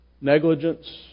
negligence